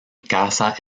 casa